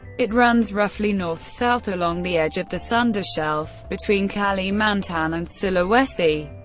it runs roughly north-south along the edge of the sunda shelf, between kalimantan and sulawesi,